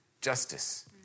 justice